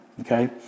Okay